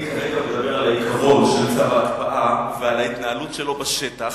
אני כרגע מדבר על העיקרון של צו ההקפאה ועל ההתנהלות שלו בשטח.